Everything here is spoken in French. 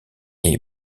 est